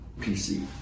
PC